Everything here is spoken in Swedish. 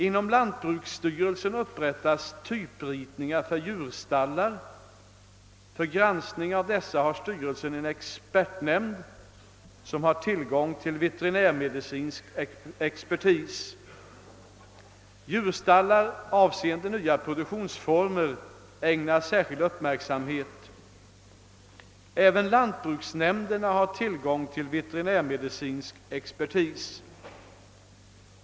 Inom lantbruksstyrelsen upprättas typritningar för djurstallar. För granskning av dessa har styrelsen en expertnämnd, som har tillgång till veterinärmedicinsk expertis. Djurstallar avseende nya produktionsformer ägnas särskild uppmärksamhet. Även lantbruksnämnderna har tillgång till veterinärmedicinsk expertis.